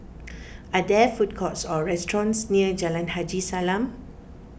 are there food courts or restaurants near Jalan Haji Salam